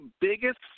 biggest